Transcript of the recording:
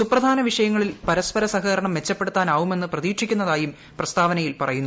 സുപ്രധാന വിഷയങ്ങളിൽ പരസ്പര സഹകരണം മെച്ചപ്പെടുത്താനാവുമെന്ന് പ്രതീക്ഷിക്കുന്നതായും പ്രസ്താവനയിൽ പറയുന്നു